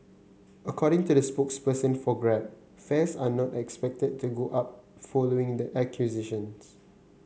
according to a spokesperson for Grab fares are not expected to go up following the acquisitions